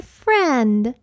friend